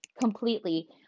completely